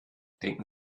denken